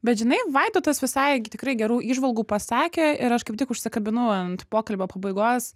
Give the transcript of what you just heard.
bet žinai vaidotas visai gi tikrai gerų įžvalgų pasakė ir aš kaip tik užsikabinau ant pokalbio pabaigos